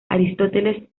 aristóteles